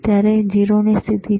અત્યારે 0 સ્થિતિ છે